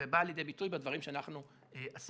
והיא באה לידי ביטוי בדברים שאנחנו עשינו.